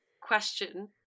question